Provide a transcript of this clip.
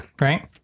Right